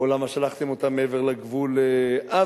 או: למה שלחתם אותם מעבר לגבול עזה?